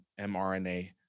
mRNA